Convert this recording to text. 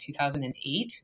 2008